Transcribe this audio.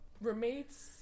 roommates